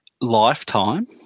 Lifetime